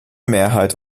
mehrheit